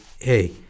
Hey